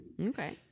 Okay